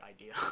idea